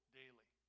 daily